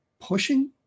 pushing